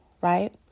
right